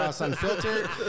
Unfiltered